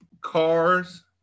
cars